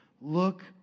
look